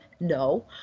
No